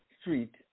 Street